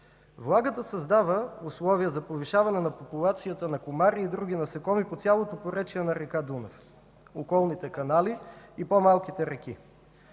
Влагата създава условия за повишаване популацията на комари и други насекоми по цялото поречие на река Дунав, околните канали, и по-малките реки.